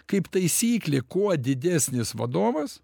kaip taisyklė kuo didesnis vadovas